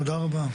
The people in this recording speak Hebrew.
תודה רבה.